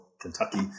Kentucky